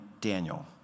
Daniel